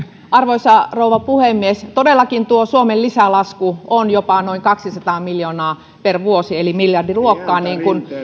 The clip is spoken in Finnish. arvoisa rouva puhemies todellakin tuo suomen lisälasku on jopa noin kaksisataa miljoonaa per vuosi eli miljardiluokkaa niin kuin